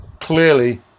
clearly